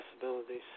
Possibilities